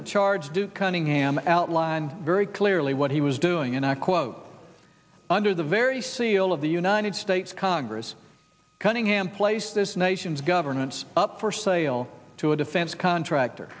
that charge duke cunningham outlined very clearly what he was doing and i quote under the very seal of the united states congress cunningham place this nation's governance up for sale to a defense contractor